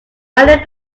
money